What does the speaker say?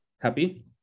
Happy